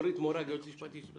שכל